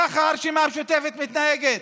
כך הרשימה המשותפת מתנהגת,